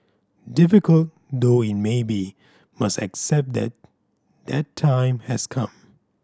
difficult though it may be must accept that that time has come